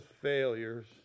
failures